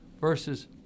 versus